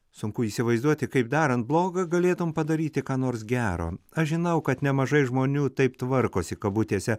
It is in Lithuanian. sunku įsivaizduoti kaip darant bloga galėtumei padaryti ką nors gero aš žinau kad nemažai žmonių taip tvarkosi kabutėse